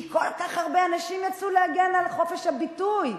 כי כל כך הרבה אנשים יצאו להגן על חופש הביטוי.